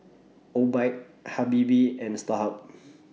Obike Habibie and Starhub